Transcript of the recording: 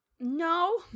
No